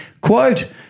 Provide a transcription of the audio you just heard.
Quote